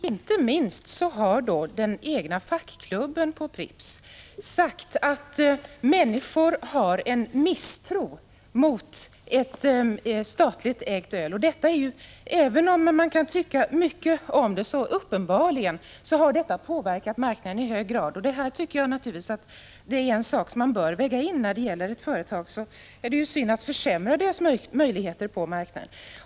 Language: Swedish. Herr talman! Inte minst har den egna fackklubben hos Pripps sagt att människor har en misstro mot ett statligt ägt öl. Även om man kan tycka mycket om det har det uppenbarligen påverkat marknaden i hög grad. Det är naturligtvis en sak som man bör väga in. Det är ju synd att försämra företagets möjligheter på marknaden.